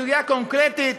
סוגיה קונקרטית,